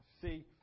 See